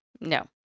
No